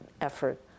effort